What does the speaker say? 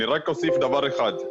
אני רק אוסיף דבר אחד.